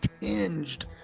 tinged